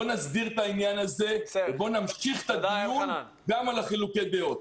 בוא נסדיר את העניין הזה ובוא נמשיך את הדיון גם על חילוקי הדעות.